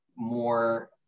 more